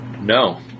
no